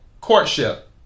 Courtship